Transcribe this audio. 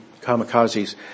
kamikazes